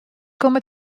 komme